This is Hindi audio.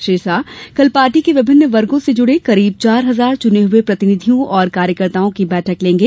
श्री शाह कल पार्टी के विभिन्न वर्गो से जुड़े करीब चार हजार चुने हुए प्रतिनिधियों और कार्यकर्ताओं की बैठक लेंगे